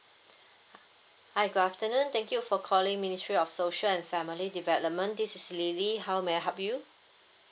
hi good afternoon thank you for calling ministry of social and family development this is lily how may I help you